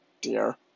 dear